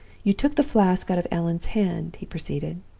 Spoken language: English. you took the flask out of allan's hand he proceeded.